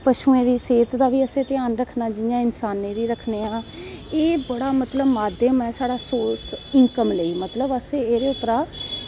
पशुएं दी सेह्त दा बी असैं ध्यान रक्खनां जियां इंसानें गी रक्खनें आं एह् मतलव बड़ा माध्यम ऐ साढ़ा सोरस इंकम लेई मतलव एह्दे पर दा